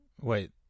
Wait